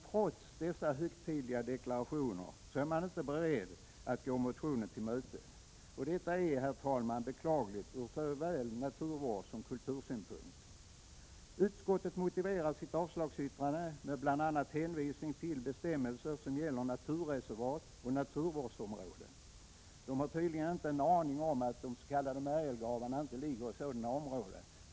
Trots dessa högtidliga deklarationer är man dock inte beredd att gå motionsförslaget till mötes. Detta är, herr talman, beklagligt ur såväl naturvårdssom kulturminnesvårdssynpunkt. Utskottet motiverar sitt avslagsyrkande bl.a. med hänvisning till bestämmelser som gäller naturvårdsreservat och naturvårdsområden. Utskottets ledamöter har tydligen inte en aning om att märgelgravar inte ligger i sådana områden.